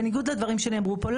בניגוד לדברים שנאמרו פה,